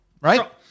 right